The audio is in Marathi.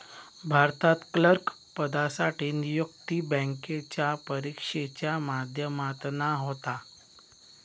भारतात क्लर्क पदासाठी नियुक्ती बॅन्केच्या परिक्षेच्या माध्यमातना होता